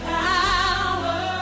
power